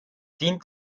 dient